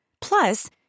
Plus